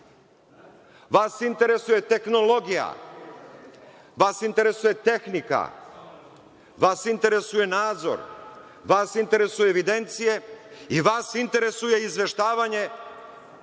Vas interesuje tehnologija, vas interesuje tehnika, vas interesuje nadzor, vas interesuje evidencije i vas interesuje izveštavanje